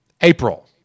April